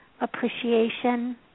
appreciation